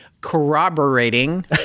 corroborating